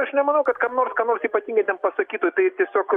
aš nemanau kad kam nors ką nors ypatingai ten pasakytų tai tiesiog